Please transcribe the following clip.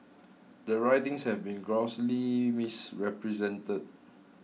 the writings have been grossly misrepresented